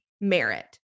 merit